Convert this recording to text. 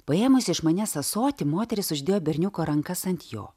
paėmusi iš manęs ąsotį moteris uždėjo berniuko rankas ant jo